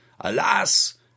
Alas